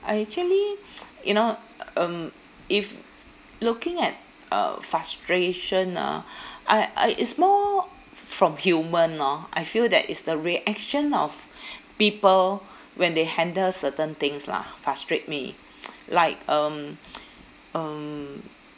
I actually you know uh um if looking at uh frustration ah I uh is more from human lor I feel that is the reaction of people when they handle certain things lah frustrate me like um um